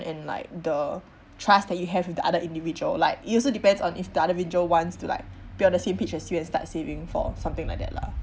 and like the trust that you have with the other individual like it also depends on if the other individual wants to like be on the same page as you and start saving for something like that lah